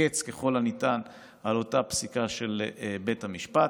הקץ ככל הניתן על אותה פסיקה של בית המשפט,